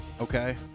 okay